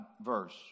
verse